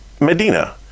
Medina